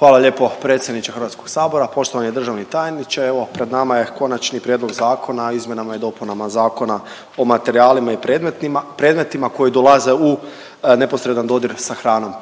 Hvala lijepa predsjedniče Hrvatskog sabora. Poštovani državni tajniče, evo pred nama je Konačni prijedlog zakona o izmjenama i dopunama Zakona o materijalima i predmetima koji dolaze u neposredan dodir sa hranom.